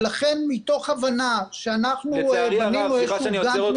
לכן מתוך הבנה שאנחנו בנינו איזה שהוא --- לצערי הרב,